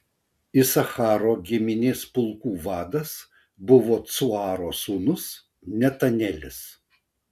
isacharo giminės pulkų vadas buvo cuaro sūnus netanelis